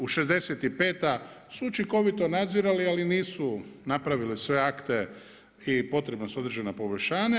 U 65 su učinkovito nadzirali, ali nisu napravili sve akte i potrebna su određena poboljšanja.